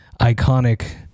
iconic